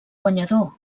guanyador